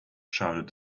shouted